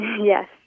Yes